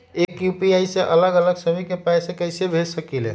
एक यू.पी.आई से अलग अलग सभी के पैसा कईसे भेज सकीले?